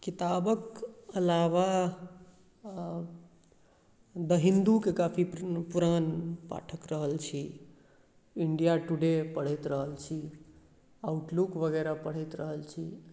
किताबक अलावा द हिन्दूके काफी पुरान पाठक रहल छी इण्डिया टुडे पढ़ैत रहल छी आउटलुक वगैरह पढ़ैत रहल छी